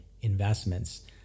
investments